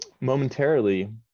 momentarily